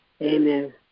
Amen